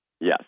Yes